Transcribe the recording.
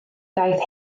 daeth